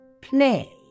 play